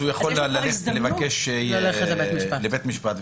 הוא יוכל ללכת לבית משפט,